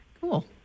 cool